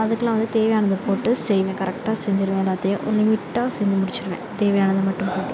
அதுக்குலாம் வந்து தேவையானதை போட்டு செய்வேன் கரெட்டாக செஞ்சுருவேன் எல்லாத்தையும் லிமிட்டாக செஞ்சு முடிச்சிருவேன் தேவையானதை மட்டும் போட்டு